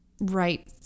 right